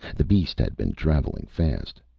the beast had been traveling fast.